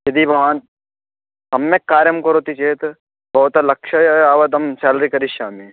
यदि भवान् सम्यक् कार्यं करोति चेत् भवतः लक्षं यावदहं सेलरी करिष्यामि